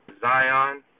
Zion